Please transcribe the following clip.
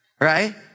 right